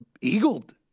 eagled